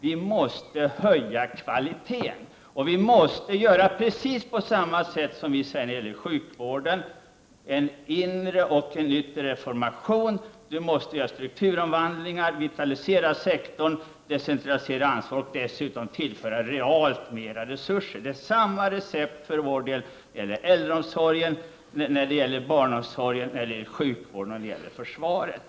Vi måste höja kvaliteten, och vi måste göra på precis samma sätt som när det gäller sjukvården — en inre och en yttre reformation, strukturomvandlingar, vitalisering av sektorn, decentralisering av ansvar. Dessutom bör det tillföras realt mera resurser. Det är samma recept för vår del när det gäller äldreomsorgen, barnomsorgen och sjukvården som när det gäller försvaret.